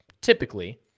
typically